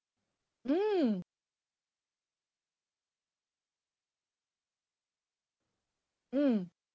mm mm